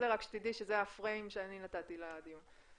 רק שתדעי שזה ה-frame שאני נתתי לדיון.